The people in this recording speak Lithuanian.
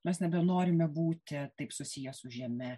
mes nebenorime būti taip susiję su žeme